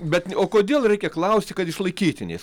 bet o kodėl reikia klausti kad išlaikytiniais